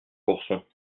courson